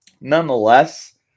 nonetheless